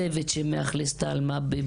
מה גודל הצוות שמאכלס את המקום?